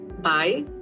Bye